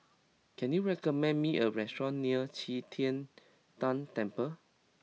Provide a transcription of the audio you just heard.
can you recommend me a restaurant near Qi Tian Tan Temple